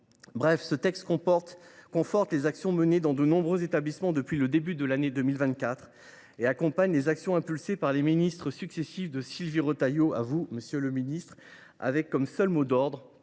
de loi conforte les actions menées dans de nombreux établissements depuis le début de l’année 2024 et accompagne les actions impulsées par les ministres successifs, de Sylvie Retailleau à vous même, monsieur le ministre, avec comme seul mot d’ordre